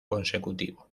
consecutivo